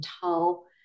tell